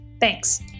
Thanks